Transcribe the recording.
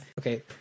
Okay